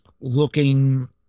looking